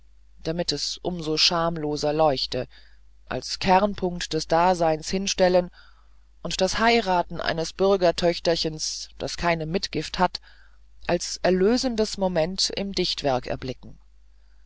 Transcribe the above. damit es um so schamloser leuchte als kernpunkt des daseins hinstellen und das heiraten eines bürgertöchterchens das keine mitgift hat als erlösendes moment im dichtwerk erblicken